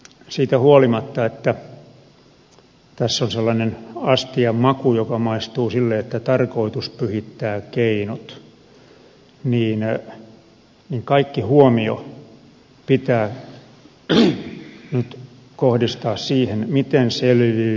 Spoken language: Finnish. siitä huolimatta että tässä on sellainen astian maku joka maistuu sille että tarkoitus pyhittää keinot niin kaikki huomio pitää nyt kohdistaa siihen miten selviydymme minimivaurioin